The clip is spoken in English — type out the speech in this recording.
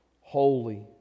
Holy